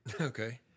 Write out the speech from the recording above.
okay